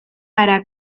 para